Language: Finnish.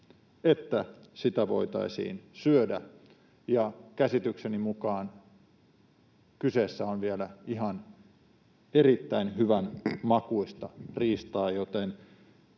että sitä voitaisiin syödä. Käsitykseni mukaan kyseessä on vielä erittäin hyvänmakuinen riista,